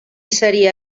seria